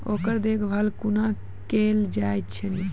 ओकर देखभाल कुना केल जायत अछि?